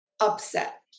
upset